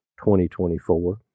2024